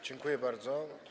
Dziękuję bardzo.